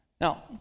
Now